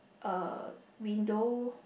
a window